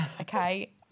okay